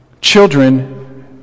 Children